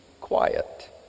quiet